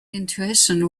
intuition